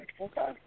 Okay